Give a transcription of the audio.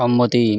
সম্মতি